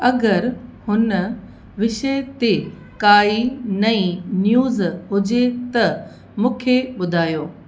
अगरि हुन विषय ते काई नईं न्यूज़ हुजे त मूंखे ॿुधायो